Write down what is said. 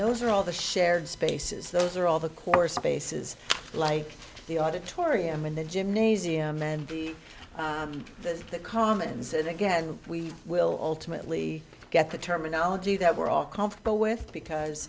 those are all the shared spaces those are all the core spaces like the auditorium in the gymnasium and the commons and again we will ultimately get the terminology that we're all comfortable with because